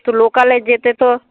তো লোকালে যেতে তো